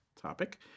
topic